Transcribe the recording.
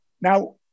Now